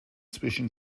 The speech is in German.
zwischen